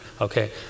Okay